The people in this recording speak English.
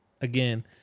again